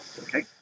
okay